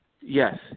yes